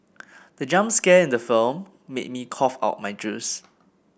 the jump scare the film made me cough out my juice